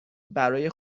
برای